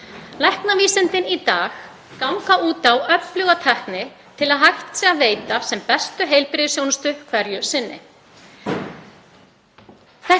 Læknavísindin í dag ganga út á öfluga tækni til að hægt sé að veita sem besta heilbrigðisþjónustu hverju sinni.